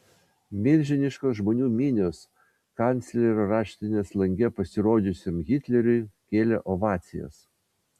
milžiniškos žmonių minios kanclerio raštinės lange pasirodžiusiam hitleriui kėlė ovacijas